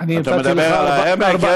אתה מדבר על העמק?